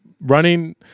running